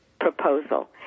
proposal